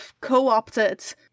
co-opted